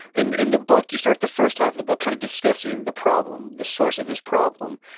and in the book you start the first half of the book kind of discussing the problem, the source of this problem,